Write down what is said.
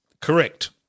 Correct